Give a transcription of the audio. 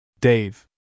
Dave